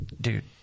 dude